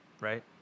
Right